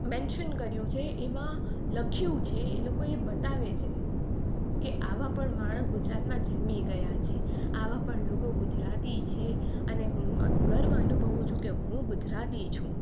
mention કર્યું છે એમાં લખ્યું છે એ લોકો એ બતાવે છે કે આવા પણ માણસ ગુજરાતમાં જન્મી ગયા છે આવા પણ લોકો ગુજરાતી છે અને હું ગર્વ અનુભવું છું કે હું ગુજરાતી છું